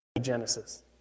Genesis